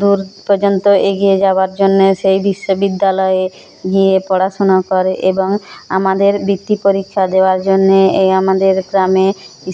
দূর পর্যন্ত এগিয়ে যাওয়ার জন্যে সেই বিশ্ববিদ্যালয়ে গিয়ে পড়াশোনা করে এবং আমাদের বৃত্তি পরীক্ষা দেওয়ার জন্যে এ আমাদের গ্রামে